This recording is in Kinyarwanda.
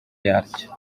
yaryo